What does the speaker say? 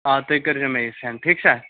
آ تُہۍ کٔرۍزیو مےٚ یہِ سٮ۪نٛڈ ٹھیٖک چھا